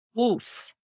Oof